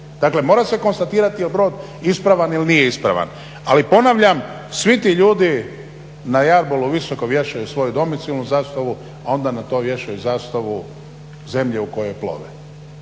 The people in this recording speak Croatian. Dakle mora se konstatirati jel brod ispravan ili nije ispravan. Ali ponavljam svi ti ljudi na jarbolu visoku vješaju svoju domicilnu zastavu a onda na to vješaju zastavu zemlje u kojoj plove.